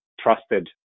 trusted